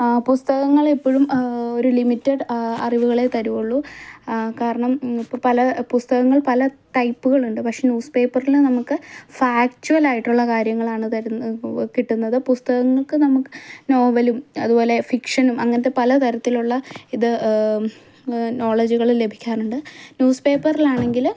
ആ പുസ്തകങ്ങൾ എപ്പോഴും ഒരു ലിമിറ്റഡ് അറിവുകളേ തരുകയുള്ളൂ കാരണം പല പുസ്തകങ്ങൾ പല ടൈപ്പുകൾ ഉണ്ട് പക്ഷേ ന്യൂസ് പേപ്പറിൽ നമുക്ക് ഫാക്ടുവൽ ആയിട്ടുള്ള കാര്യങ്ങളാണ് കിട്ടുന്നത് പുസ്തകങ്ങൾക്ക് നമുക്ക് നോവലും അതുപോലെ ഫിക്ഷനും അങ്ങനെത്തെ പല തരത്തിലുള്ള ഇത് നോളജ്ജുകൾ ലഭിക്കാറുണ്ട് ന്യൂസ് പേപ്പറിൽ ആണെങ്കിൽ